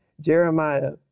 Jeremiah